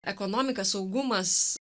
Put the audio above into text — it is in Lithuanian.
ekonomika saugumas